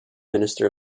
minister